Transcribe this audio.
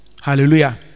Hallelujah